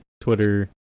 Twitter